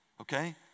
okay